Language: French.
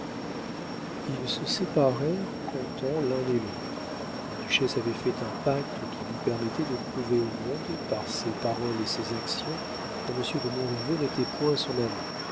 ils se séparèrent contents l'un et l'autre la duchesse avait fait un pacte qui lui permettait de prouver au monde par ses paroles et ses actions que monsieur de montriveau n'était point son amant